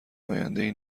آیندهای